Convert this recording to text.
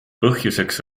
põhjuseks